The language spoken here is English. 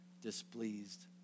displeased